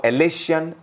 Elation